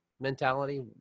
mentality